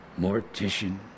mortician